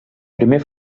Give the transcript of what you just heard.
primer